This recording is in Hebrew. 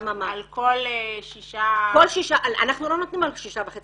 על כל ששה -- אנחנו לא נותנים על ששה וחצי,